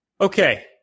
Okay